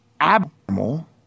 abnormal